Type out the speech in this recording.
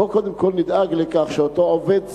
בוא קודם כול נדאג לכך שאותו עובד זר,